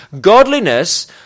Godliness